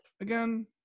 again